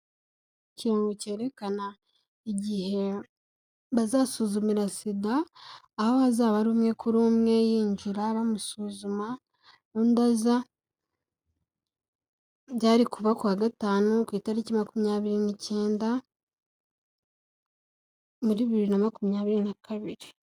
Ikirango cyerekana igihe bazasuzumira SIDA, aho hazaba ari umwe kuri umwe, yinjira bamusuzuma, undi aza, byari kuba ku wa gatanu, ku itariki makumyabiri n'icyenda, muri bibiri na makumyabiri na kabiri.